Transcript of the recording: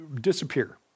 disappear